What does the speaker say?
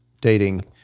dating